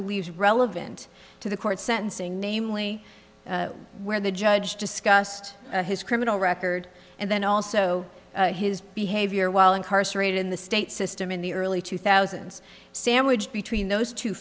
believes relevant to the court sentencing namely where the judge discussed his criminal record and then also his behavior while incarcerated in the state system in the early two thousand sandwiched between those two